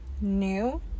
new